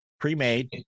pre-made